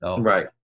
Right